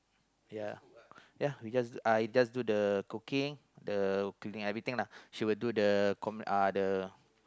ya ya we just uh we just do the cooking the cleaning everything lah she will do the uh the